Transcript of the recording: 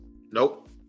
Nope